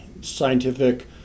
scientific